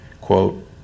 quote